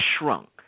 shrunk